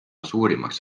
suurimaks